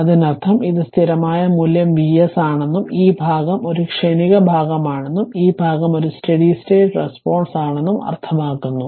അതിനർത്ഥം ഇത് സ്ഥിരമായ മൂല്യം Vs ആണെന്നും ഈ ഭാഗം ഒരു ക്ഷണിക ഭാഗമാണെന്നും ഈ ഭാഗം ഒരു സ്റ്റെഡി സ്റ്റേറ്റ് റെസ്പോൺസ് ആണെന്നും അർത്ഥമാക്കുന്നു